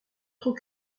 trop